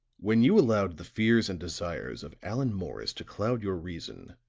when you allowed the fears and desires of allan morris to cloud your reason,